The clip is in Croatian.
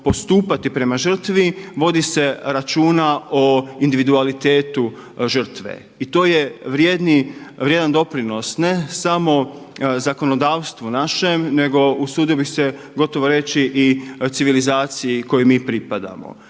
postupati prema žrtvi vodi se računa o individualitetu žrtve i to je vrijedan doprinos ne samo zakonodavstvu našem, nego usudio bih se gotovo reći i civilizaciji kojoj mi pripadamo.